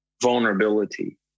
vulnerability